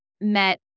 met